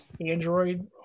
Android